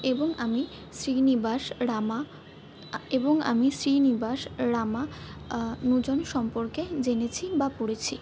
এবং আমি শ্রীনিবাস রামা এবং আমি শ্রীনিবাস রামা নুজন সম্পর্কে জেনেছি বা পড়েছি